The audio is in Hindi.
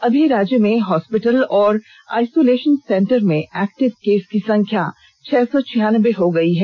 अभी राज्य में हॉस्पिटल और आइसोलेषन सेंटर में एक्टिव केस की संख्या छह सौ छियानबे हो गई है